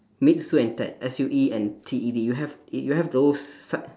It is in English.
meet sue and ted S U E and T E D you have you have those s~